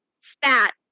spat